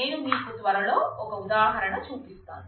నేను మీకు త్వరలో ఒక ఉదాహరణ చూపిస్తాను